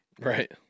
Right